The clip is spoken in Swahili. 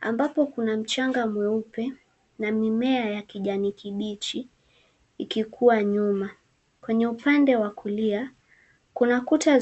ambapo kuna mchanga mweupe na mimea ya kijani kibichi ikikua nyuma. Kwenye upande wa kulia kuna kuta